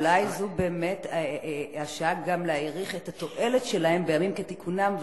אולי זו באמת השעה גם להעריך את התועלת שלהם בימים כתיקונם,